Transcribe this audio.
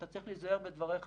אתה צריך להיזהר בדבריך,